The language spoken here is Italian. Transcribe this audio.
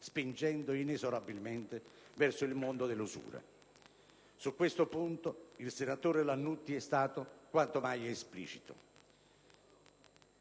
spingono inesorabilmente a rivolgersi al mondo dell'usura. Su questo punto il senatore Lannutti è stato quanto mai esplicito.